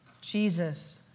Jesus